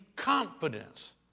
confidence